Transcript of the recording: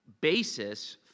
basis